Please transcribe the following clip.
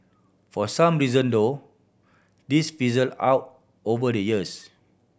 for some reason though this fizzled out over the years